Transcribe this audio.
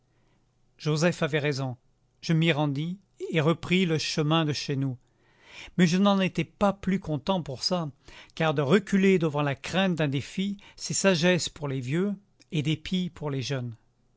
joseph avait raison je m'y rendis et repris le chemin de chez nous mais je n'en étais pas plus content pour ça car de reculer devant la crainte d'un défi c'est sagesse pour les vieux et dépit pour les jeunes